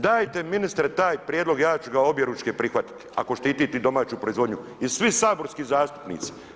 Dajte ministre taj prijedlog, ja ću ga objeručke prihvatiti ako štitite domaću proizvodnju i svi saborski zastupnici.